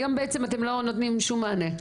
היום בעצם אתם לא נותנים שום מענה.